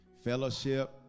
fellowship